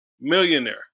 millionaire